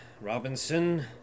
Robinson